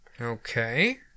okay